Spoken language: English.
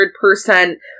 percent